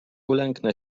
ulęknę